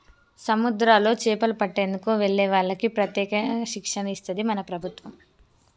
సముద్రాల్లో చేపలు పట్టేందుకు వెళ్లే వాళ్లకి ప్రత్యేక శిక్షణ ఇస్తది మన ప్రభుత్వం